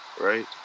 right